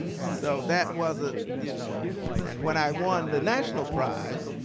so that wasn't, you know and when i won the national prize,